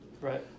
Right